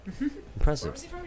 Impressive